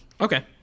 Okay